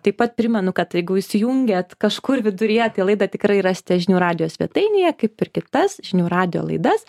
taip pat primenu kad jeigu įsijungėt kažkur viduryje tai laidą tikrai rasite žinių radijo svetainėje kaip ir kitas žinių radijo laidas